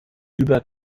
über